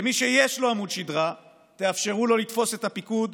למי שיש לו עמוד שדרה, תאפשרו לו לתפוס את הפיקוד.